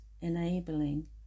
enabling